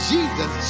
Jesus